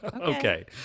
Okay